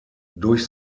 durch